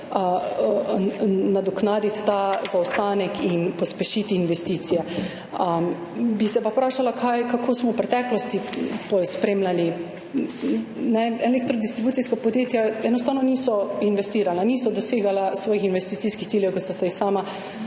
nadoknaditi ta zaostanek in pospešiti investicije. Bi se pa vprašala, kako smo v preteklosti to spremljali. Elektrodistribucijska podjetja enostavno niso investirala, niso dosegala svojih investicijskih ciljev, ki so si jih sama